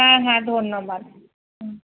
হ্যাঁ হ্যাঁ ধন্যবাদ হুম